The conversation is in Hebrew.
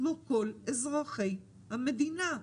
כמו כל אזרחי המדינה,